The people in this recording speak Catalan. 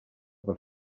per